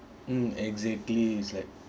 mm exactly it's like